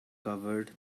covered